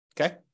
okay